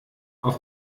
auf